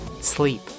sleep